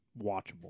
watchable